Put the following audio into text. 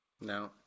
no